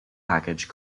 package